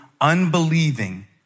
unbelieving